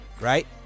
right